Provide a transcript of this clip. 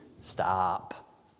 stop